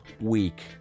week